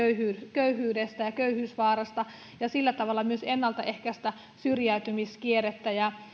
köyhyydestä ja köyhyysvaarasta ja sillä tavalla myös ennalta ehkäistä syrjäytymiskierrettä ja